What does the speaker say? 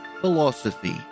philosophy